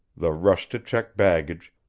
the rush to check baggage,